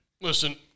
listen